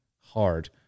hard